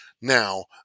now